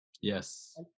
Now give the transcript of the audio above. Yes